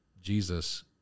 Jesus